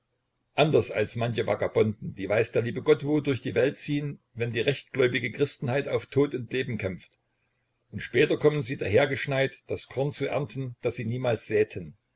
anders als manche vagabonden die weiß der liebe gott wo durch die welt ziehn wenn die rechtgläubige christenheit auf tod und leben kämpft und später kommen sie dahergeschneit das korn zu ernten das sie niemals säten